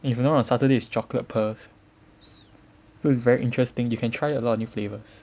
if you want on Saturday is chocolate pearls so it's very interesting you can try a lot of new flavours